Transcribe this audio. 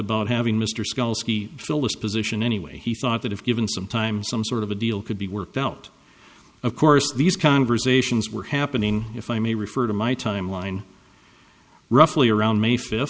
about having mr scalzi fill this position anyway he thought that if given some time some sort of a deal could be worked out of course these conversations were happening if i may refer to my timeline roughly around may fifth